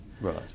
Right